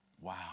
wow